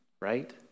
right